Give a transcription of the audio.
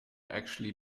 actually